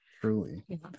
Truly